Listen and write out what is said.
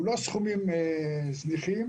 אלה לא סכומים זניחים.